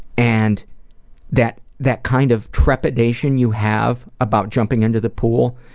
and that that kind of trepidation you have about jumping into the pool?